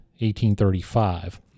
1835